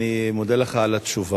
אדוני השר, אני מודה לך על התשובה.